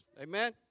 Amen